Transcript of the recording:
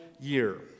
year